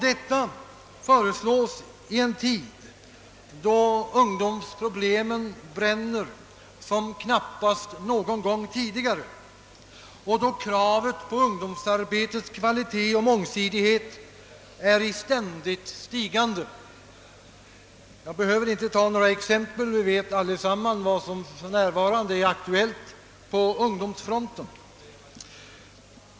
Detta föreslås i en tid då ungdomsproblemen bränner som knappast någon gång tidigare och då kravet på ungdomsarbetets kvalitet och mångsidighet är i ständigt stigande. Jag behöver inte ta några exempel. Vi vet allesammans vilket tillstånd som för närvarande råder på ungdomsfronten.